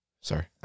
sorry